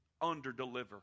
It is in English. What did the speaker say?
underdeliver